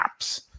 apps